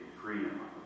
freedom